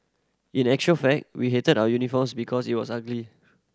in a actual fact we hated our uniforms because it was ugly